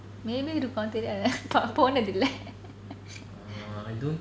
may be இருக்கும் தெரியாதுல போனதில்ல:irukum theriyathula ponathilla